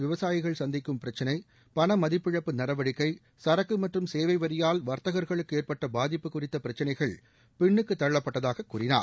விவசாயிகள் சந்திக்கும் பிரச்சினை பண மதிப்பிழப்பு நடவடிக்கை சரக்கு மற்றும் சேவை வரியால் வாத்தகா்களுக்கு ஏற்பட்ட பாதிப்பு குறித்த பிரச்சினைகள் பின்னுக்கு தள்ளப்பட்டதாக கூறினார்